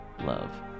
love